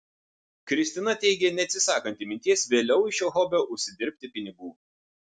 kristina teigė neatsisakanti minties vėliau iš šio hobio užsidirbti pinigų